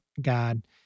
God